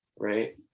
right